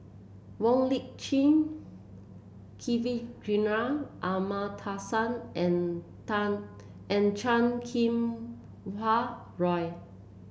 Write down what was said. Wong Lip Chin Kavignareru Amallathasan and and Chan Kum Wah Roy